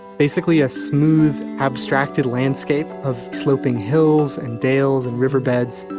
basically a smooth abstracted landscape of sloping hills and dales and river beds.